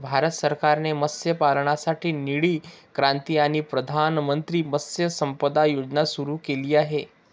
भारत सरकारने मत्स्यपालनासाठी निळी क्रांती आणि प्रधानमंत्री मत्स्य संपदा योजना सुरू केली आहे